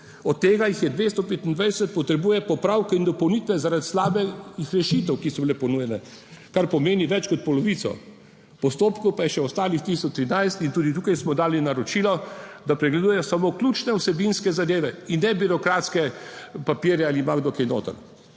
od tega jih je 225 potrebuje popravke in dopolnitve, zaradi slabih rešitev, ki so bile ponujene, kar pomeni več kot polovico, postopkov pa je še ostalih 1013 in tudi tukaj smo dali naročilo, da pregleduje samo ključne vsebinske zadeve in ne birokratske papirje, ali ima kdo kaj noter.